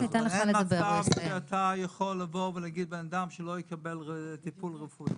אין מצב שאתה יכול להגיד לבן אדם שהוא לא יקבל טיפול רפואי.